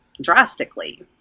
drastically